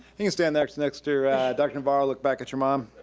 you can stand next next to dr. navarro, look back at your mom.